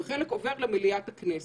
חלק עובר למליאת הכנסת.